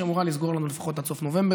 שאמורה לסגור לנו לפחות עד סוף נובמבר,